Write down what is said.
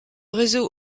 réseau